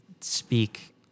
speak